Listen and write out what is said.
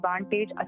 advantage